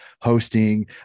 hosting